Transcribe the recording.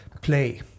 play